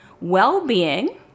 well-being